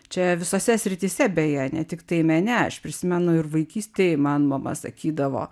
čia visose srityse beje ne tiktai mene aš prisimenu ir vaikystėj man mama sakydavo